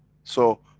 so,